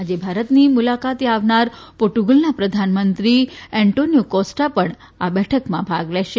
આજે ભારતની મુલાકાતે આવનાર પોર્ટુગલના પ્રધાનમંત્રી એન્ટોનીથો કોસ્ટા પણ આ બેઠકમાં ભાગ લેશે